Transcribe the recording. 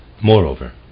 Moreover